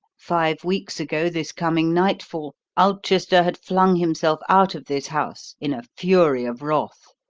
five weeks ago this coming nightfall ulchester had flung himself out of this house in a fury of wrath,